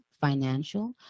financial